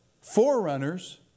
Forerunners